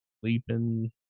sleeping